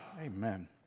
Amen